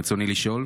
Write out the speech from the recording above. רצוני לשאול: